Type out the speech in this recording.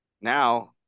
now